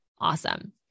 awesome